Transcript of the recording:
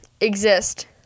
Exist